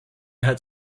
had